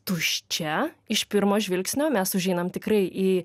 tuščia iš pirmo žvilgsnio mes užeinam tikrai į